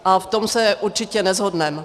A v tom se určitě neshodneme.